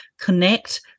connect